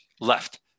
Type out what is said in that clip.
left